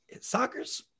Soccer's